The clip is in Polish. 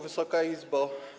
Wysoka Izbo!